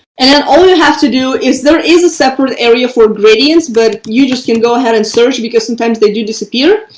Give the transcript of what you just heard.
and and all you have to do is there is a separate area for gradients, but you just can go ahead and search because sometimes they do disappear.